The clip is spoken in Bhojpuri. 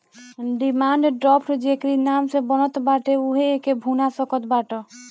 डिमांड ड्राफ्ट जेकरी नाम से बनत बाटे उहे एके भुना सकत बाटअ